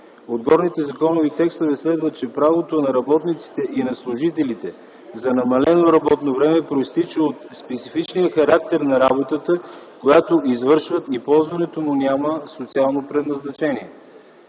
От горните законови текстове следва, че правото на работниците и на служителите за намалено работно време произтича от специфичния характер на работата, която извършват, и ползването му няма социално предназначение.